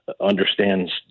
understands